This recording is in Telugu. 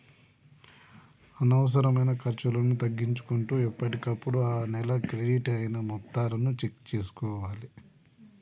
అనవసరమైన ఖర్చులను తగ్గించుకుంటూ ఎప్పటికప్పుడు ఆ నెల క్రెడిట్ అయిన మొత్తాలను చెక్ చేసుకోవాలే